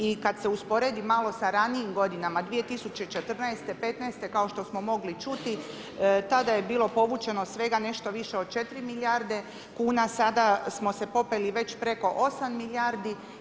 I kada se usporedi malo sa ranijim godinama 2014., 2015., kao što smo mogli čuti tada je bilo povućeno svega nešto više od 4 milijarde kuna sada smo se popeli već preko 8 milijardi.